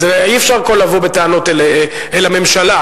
אז אי-אפשר לבוא בטענות על הכול לממשלה.